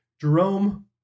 Jerome